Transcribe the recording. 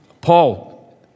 Paul